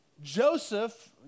joseph